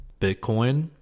Bitcoin